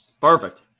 Perfect